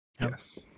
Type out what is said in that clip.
Yes